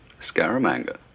scaramanga